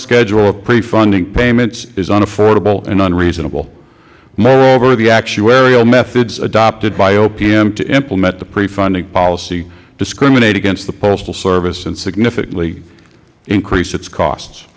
schedule of pre funding payments is unaffordable and unreasonable moreover the actuarial methods adopted by opm to implement the pre funding policy discriminate against the postal service and significantly increase its costs